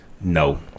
No